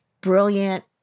brilliant